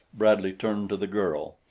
bradley turned to the girl.